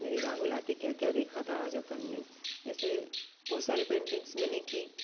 अपने दिमाग में लाते कि क्या क्या देखा था आज अपन ने ऐसे बहुत सारी पेंटिंग्स मैंने की